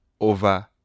over